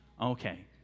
Okay